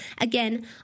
Again